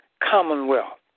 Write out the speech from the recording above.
Commonwealth